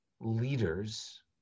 leaders